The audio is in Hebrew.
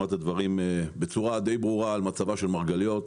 את הדברים בצורה די ברורה על מצבה של מרגליות.